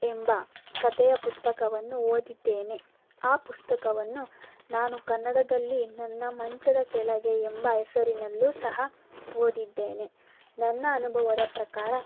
ಎಂಬ ಕತೆಯ ಪುಸ್ತಕವನ್ನು ಓದಿದ್ದೇನೆ ಆ ಪುಸ್ತಕವನ್ನು ನಾನು ಕನ್ನಡದಲ್ಲಿ ನನ್ನ ಮಂಚದ ಕೆಳಗೆ ಎಂಬ ಹೆಸರಿನಲ್ಲೂ ಸಹ ಓದಿದ್ದೇನೆ ನನ್ನ ಅನುಭವದ ಪ್ರಕಾರ